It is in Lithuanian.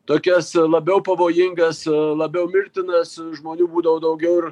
tokias labiau pavojingas labiau mirtinas žmonių būdavo daugiau ir